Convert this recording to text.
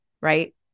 right